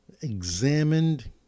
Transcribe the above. examined